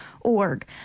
org